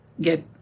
get